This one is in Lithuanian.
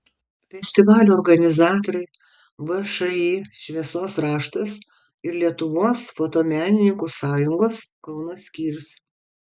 festivalio organizatoriai všį šviesos raštas ir lietuvos fotomenininkų sąjungos kauno skyrius